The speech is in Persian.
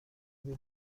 بلیط